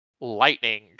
Lightning